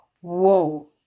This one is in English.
Whoa